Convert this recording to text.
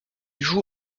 joue